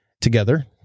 together